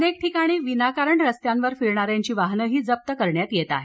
अनेक ठिकाणी विनाकारण रस्त्यांवर फिरणाऱ्याची वाहनं जप्त करण्यात आली आहेत